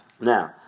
Now